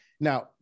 Now